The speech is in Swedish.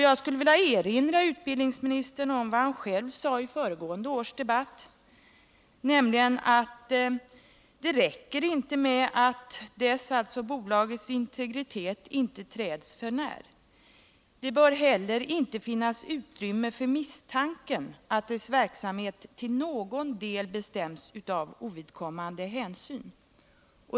Jag vill erinra utbildningsministern om vad han själv sade vid föregående års debatt, att det inte räcker med att bolagets integritet inte träds för när — det bör heller inte finnas utrymme för misstanken att dess verksamhet till någon del bestäms av ovidkommande hänsyn.